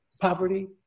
poverty